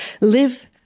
live